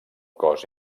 cos